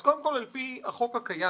קודם כל, אני מבין שעל פי החוק הקיים,